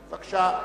בבקשה.